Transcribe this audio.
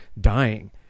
dying